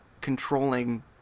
controlling